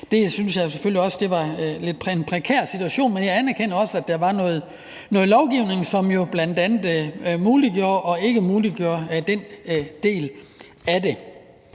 Det synes jeg selvfølgelig også var en lidt prekær situation, men jeg anerkender også, at der var noget lovgivning, som jo bl.a. muliggjorde og ikkemuliggjorde den del af det.